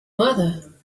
mother